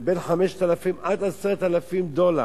זה עד 10,000 דולר.